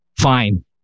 Fine